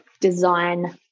design